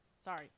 Sorry